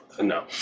No